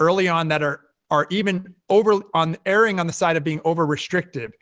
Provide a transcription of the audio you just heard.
early on that are are even over erring on the side of being over restrictive,